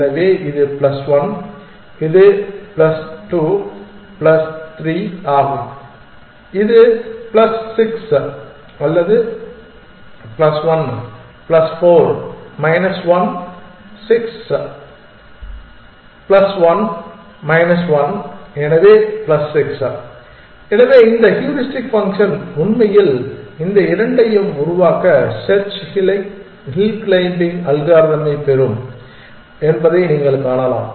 எனவே இது plus 1 plus 2 plus 3 ஆகும் இது plus 6 plus 1 plus 4 minus 1 6 plus 1 minus 1 எனவே பிளஸ் 6 எனவே இந்த ஹூரிஸ்டிக் ஃபங்க்ஷன் உண்மையில் இந்த இரண்டையும் உருவாக்க செர்ச் ஹில் க்ளைம்பிங் அல்காரிதமைப் பெறும் என்பதை நீங்கள் காணலாம்